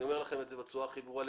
אני אומר לכם את זה בצורה הכי ברורה,